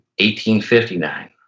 1859